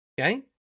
Okay